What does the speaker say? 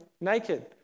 naked